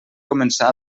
començar